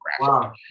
Wow